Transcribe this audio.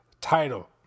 title